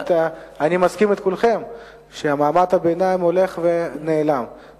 אני מסכים עם כולכם שמעמד הביניים הולך ונעלם,